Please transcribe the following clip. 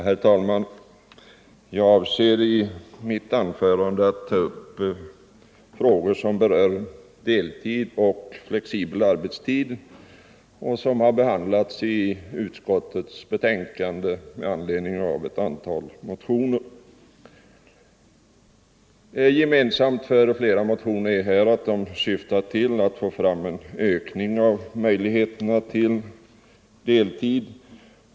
Herr talman! Jag avser att i mitt anförande ta upp frågor som berör deltid och flexibel arbetstid och som har behandlats i utskottets betänkande med anledning av ett antal motioner. Gemensamt för flera motioner är att de syftar till att få fram en ökning av möjligheterna till deltid.